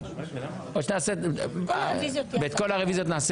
נעשה את כל הרוויזיות בסוף.